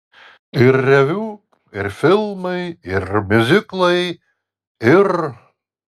ir reviu ir filmai ir miuziklai ir